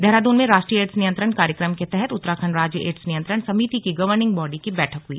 देहरादून में राष्ट्रीय एड्स नियंत्रण कार्यक्रम के तहत उत्तराखण्ड राज्य एड़स नियंत्रण समिति की गवर्निंग बॉडी की बैठक हई